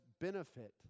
benefit